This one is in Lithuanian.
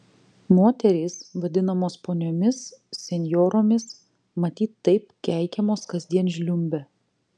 moterys vadinamos poniomis senjoromis matyt taip keikiamos kasdien žliumbia